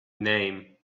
name